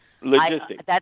Logistics